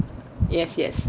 yes yes